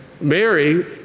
mary